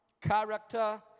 character